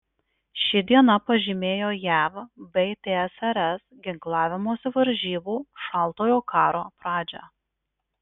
ši diena pažymėjo jav bei tsrs ginklavimosi varžybų šaltojo karo pradžią